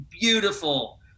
beautiful